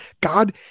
God